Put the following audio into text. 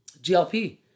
GLP